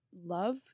love